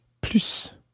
plus